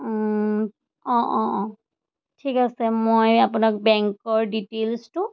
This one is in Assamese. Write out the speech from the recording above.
অঁ অঁ অঁ ঠিক আছে মই আপোনাক বেংকৰ ডিটেইলছটো